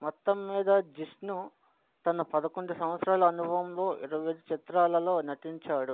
మొత్తం మీద జిష్ణు తన పదకొండు సంవత్సరాల అనుభవంలో ఇరవై ఐదు చిత్రాలలో నటించాడు